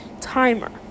timer